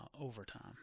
overtime